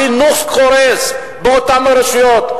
החינוך קורס באותן רשויות?